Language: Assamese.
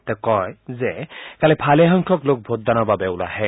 তেওঁ কয় যে কালি ভালেসংখ্যক লোক ভোটদানৰ বাবে ওলাই আহে